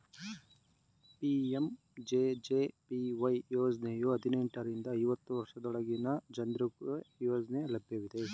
PMJJBY ಯೋಜ್ನಯು ಹದಿನೆಂಟು ರಿಂದ ಐವತ್ತು ವರ್ಷದೊಳಗಿನ ಜನ್ರುಗೆ ಯೋಜ್ನ ಲಭ್ಯವಿದೆ